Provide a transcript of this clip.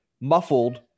muffled